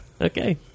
Okay